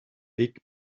big